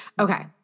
Okay